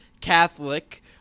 catholic